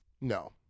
No